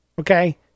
Okay